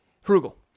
Frugal